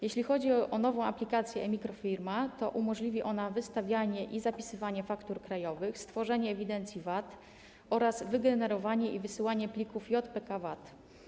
Jeśli chodzi o nową aplikację e-mikrofirma, to umożliwi ona wystawianie i zapisywanie faktur krajowych, stworzenie ewidencji VAT oraz wygenerowanie i wysyłanie plików JPK_VAT.